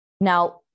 Now